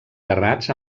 terrats